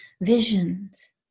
visions